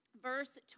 verse